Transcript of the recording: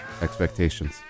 expectations